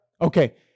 Okay